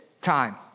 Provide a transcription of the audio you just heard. time